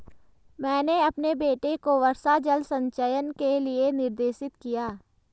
मैंने अपने बेटे को वर्षा जल संचयन के लिए निर्देशित किया